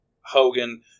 Hogan